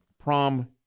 prom